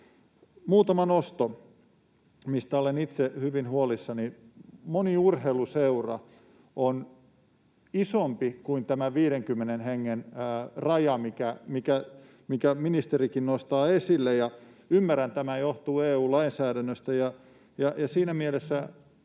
Muutama nosto, mistä olen itse hyvin huolissani. Moni urheiluseura on isompi kuin tämä 50 hengen raja, minkä ministerikin nostaa esille, ja ymmärrän, että tämä johtuu EU-lainsäädännöstä. Siinä mielessä